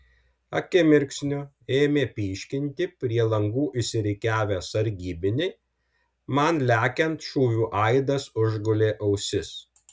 akimirksniu ėmė pyškinti prie langų išsirikiavę sargybiniai man lekiant šūvių aidas užgulė ausis